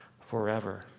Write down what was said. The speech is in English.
forever